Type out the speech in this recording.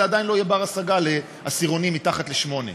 עדיין לא יהיה בר-השגה לעשירונים שמתחת לשמונה.